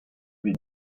vez